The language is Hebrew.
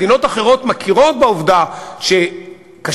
מדינות אחרות מכירות בעובדה שקשיש,